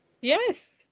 Yes